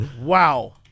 Wow